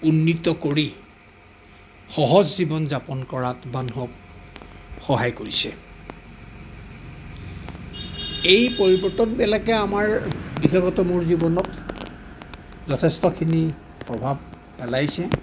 উন্নত কৰি সহজ জীৱন যাপন কৰাত মানুহক সহায় কৰিছে এই পৰিৱৰ্তনবিলাকে আমাৰ বিশেষত্ব মোৰ জীৱনত যথেষ্টখিনি প্ৰভাৱ পেলাইছে